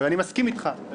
ואני מסכים איתך,